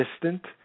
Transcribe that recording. distant